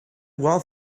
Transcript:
what